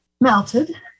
melted